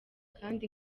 kandi